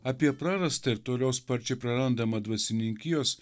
apie prarastą ir toliau sparčiai prarandamą dvasininkijos